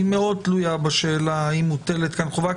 היא מאוד תלויה בשאלה אם מוטלת כאן חובה.